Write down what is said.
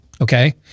Okay